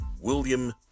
William